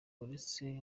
uretse